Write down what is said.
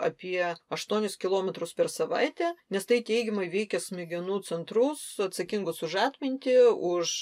apie aštuonis kilometrus per savaitę nes tai teigiamai veikia smegenų centrus atsakingus už atmintį už